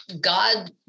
God